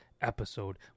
episode